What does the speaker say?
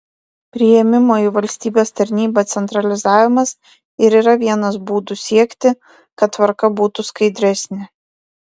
priėmimo į valstybės tarnybą centralizavimas ir yra vienas būdų siekti kad tvarka būtų skaidresnė